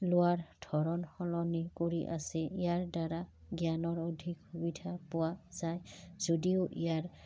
লোৱাৰ ধৰণ সলনি কৰি আছে ইয়াৰদ্বাৰা জ্ঞানৰ অধিক সুবিধা পোৱা যায় যদিও ইয়াৰ